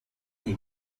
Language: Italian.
nei